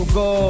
go